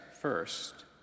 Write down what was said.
first